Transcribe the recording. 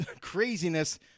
craziness